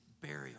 burial